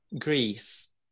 Greece